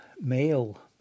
male